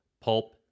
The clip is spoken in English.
Pulp